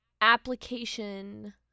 application